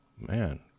Man